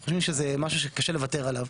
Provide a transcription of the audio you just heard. אנחנו חושבים שזה משהו שקשה לוותר עליו.